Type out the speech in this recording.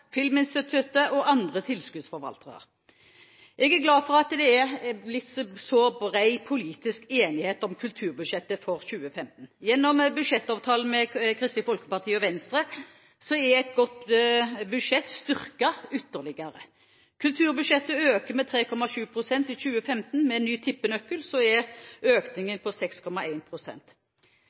Filminstituttet og andre tilskuddsforvaltere. Jeg er glad for at det er blitt så bred politisk enighet om kulturbudsjettet for 2015. Gjennom budsjettavtalen med Kristelig Folkeparti og Venstre er et godt budsjett styrket ytterligere. Kulturbudsjettet øker med 3,7 pst. i 2015, med ny tippenøkkel er økningen på